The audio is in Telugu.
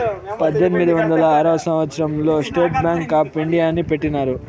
పద్దెనిమిది వందల ఆరవ సంవచ్చరం లో స్టేట్ బ్యాంక్ ఆప్ ఇండియాని పెట్టినారు